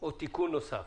או תיקון נוסף